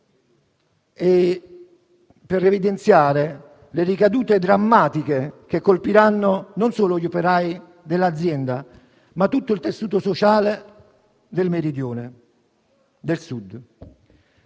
e per evidenziare le ricadute drammatiche che colpiranno non solo gli operai dell'azienda ma tutto il tessuto sociale del Meridione, del Sud.